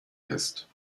ist